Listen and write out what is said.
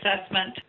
assessment